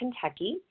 Kentucky